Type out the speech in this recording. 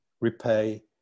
repay